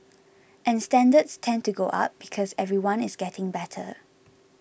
and standards tend to go up because everyone is getting better